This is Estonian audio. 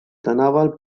tänaval